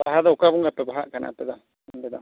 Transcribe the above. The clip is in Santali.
ᱵᱟᱦᱟ ᱫᱚ ᱚᱠᱟ ᱵᱚᱸᱜᱟ ᱯᱮ ᱵᱟᱦᱟᱜ ᱠᱟᱱᱟ ᱛᱚ ᱟᱯᱮ ᱫᱚ ᱚᱸᱰᱮ ᱫᱚ